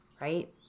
right